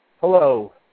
hello